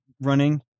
running